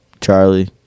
Charlie